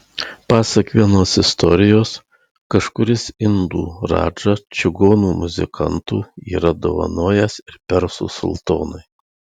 pasak vienos istorijos kažkuris indų radža čigonų muzikantų yra dovanojęs ir persų sultonui